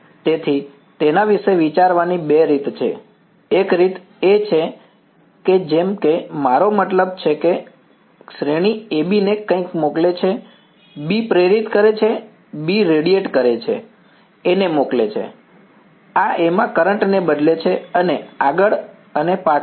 તેથી તેના વિશે વિચારવાની બે રીત છે એક રીત એ છે કે જેમ કે મારો મતલબ છે કે શ્રેણી A B ને કંઈક મોકલે છે B પ્રેરિત કરે છે B રેડિયેટ કરે છે A ને મોકલે છે આ A માં કરંટ ને બદલે છે અને આગળ અને પાછળ